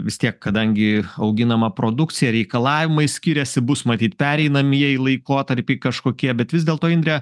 vis tiek kadangi auginama produkcija reikalavimai skiriasi bus matyt pereinamieji laikotarpiai kažkokie bet vis dėlto indrę